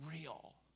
real